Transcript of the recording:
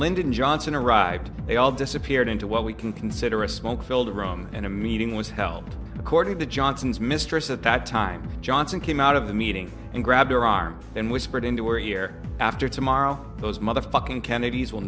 lyndon johnson arrived they all disappeared into what we can consider a smoke filled room and a meeting was held according to johnson's mistress at the time johnson came out of the meeting and grabbed her arm and whispered into or year after tomorrow those motherfucking kennedys will